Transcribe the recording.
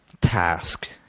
task